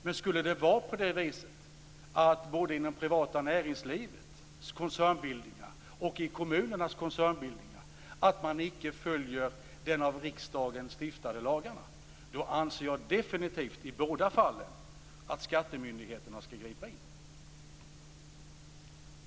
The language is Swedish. Men skulle det vara på det viset att man varken inom det privata näringslivets koncernbildningar eller inom kommunernas koncernbildningar följer de av riksdagen stiftade lagarna anser jag definitivt att skattemyndigheterna skall gripa in i båda fallen.